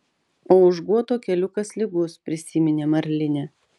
o už guoto keliukas lygus prisiminė marlinė